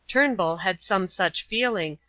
turnbull had some such feeling,